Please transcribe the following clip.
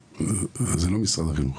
זה לא משרד החינוך.